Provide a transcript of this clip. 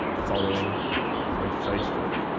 following my facebook